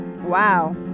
Wow